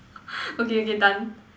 okay okay done